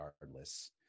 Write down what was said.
regardless